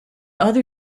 other